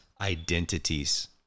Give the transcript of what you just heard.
identities